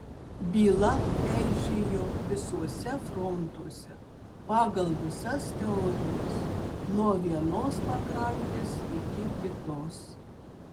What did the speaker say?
byla eižėjo visuose frontuose pagal visas teorijas nuo vienos pakrantės iki kitos